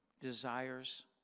desires